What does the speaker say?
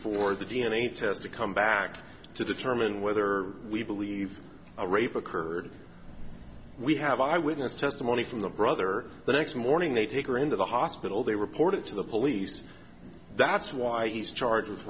for the d n a test to come back to determine whether we believe a rape occurred we have eyewitness testimony from the brother the next morning they take her into the hospital they report it to the police that's why he's charge